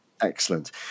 Excellent